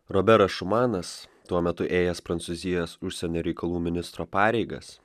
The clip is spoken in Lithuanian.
roberas šumanas tuo metu ėjęs prancūzijos užsienio reikalų ministro pareigas